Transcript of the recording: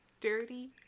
Dirty